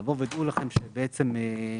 שייאמר בה: